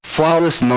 Flawless